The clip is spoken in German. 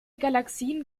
galaxien